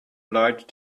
light